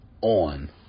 on